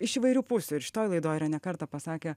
iš įvairių pusių ir šitoj laidoj yra ne kartą pasakę